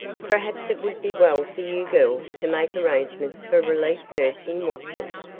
perhaps it would be well for you girls to make arrangements for relief nursing watches.